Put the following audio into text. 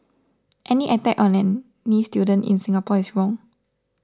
any attack on any student in Singapore is wrong